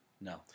No